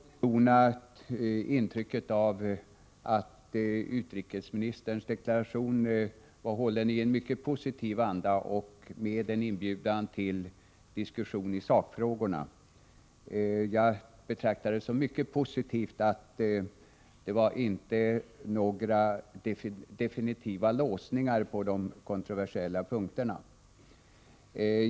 Fru talman! Jag vill också betona intrycket av att utrikesministerns deklaration var hållen i en mycket positiv anda och utgjorde en inbjudan till diskussion i sakfrågorna. Det var också mycket positivt att det inte gjordes några definitiva låsningar på de kontroversiella punkterna.